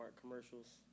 commercials